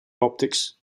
optics